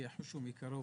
שיחושו מקרוב